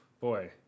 Boy